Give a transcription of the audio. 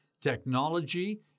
technology